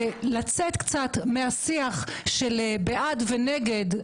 ולצאת קצת מהשיח של בעד ונגד,